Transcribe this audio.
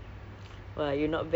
take my time